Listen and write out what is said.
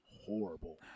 Horrible